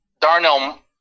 Darnell